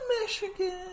Michigan